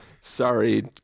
sorry